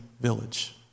village